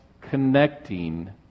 Connecting